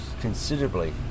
considerably